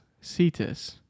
Cetus